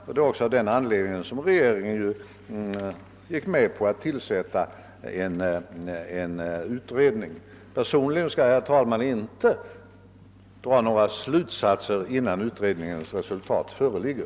Det var också av det skälet som regeringen gick med på att till sätta en utredning. Personligen skall jag, herr talman, inte dra några slutsatser innan utredningens resultat föreligger.